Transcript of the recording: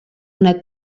una